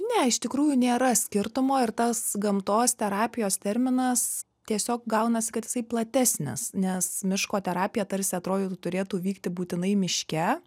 ne iš tikrųjų nėra skirtumo ir tas gamtos terapijos terminas tiesiog gaunasi kad jisai platesnis nes miško terapija tarsi atrodytų turėtų vykti būtinai miške